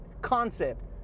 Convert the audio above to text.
concept